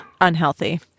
unhealthy